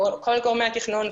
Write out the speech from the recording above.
כל גורמי התכנון,